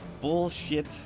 bullshit